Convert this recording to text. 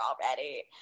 already